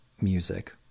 music